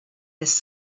his